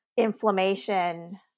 inflammation